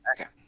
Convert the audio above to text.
Okay